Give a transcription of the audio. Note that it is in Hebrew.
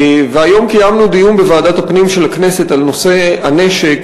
היום קיימנו דיון בוועדת הפנים של הכנסת על נושא הנשק,